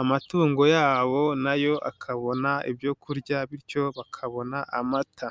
amatungo yabo nayo akabona ibyo kurya bityo bakabona amata.